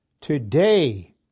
Today